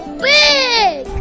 big